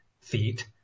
feet